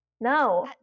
No